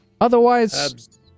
Otherwise